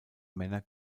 männer